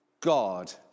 God